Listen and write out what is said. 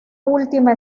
última